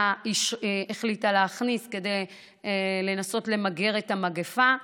החליטה להכניס כדי לנסות למגר את המגפה.